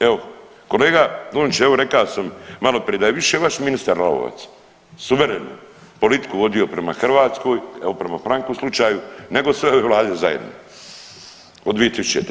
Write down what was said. Evo kolega Dončić rekao sam malo prije da je više vaš ministar Lalovac suverenu politiku vodio prema Hrvatskoj, evo prema franku slučaju nego sve Vlade zajedno od 2000.